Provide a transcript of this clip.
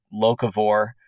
locavore